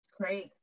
Great